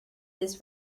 this